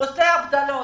עושה הבדלות.